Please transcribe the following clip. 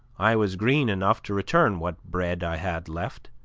i was green enough to return what bread i had left,